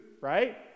right